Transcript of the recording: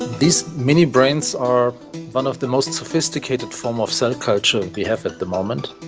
these mini brains are one of the most sophisticated form of cell culture we have at the moment.